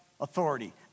authority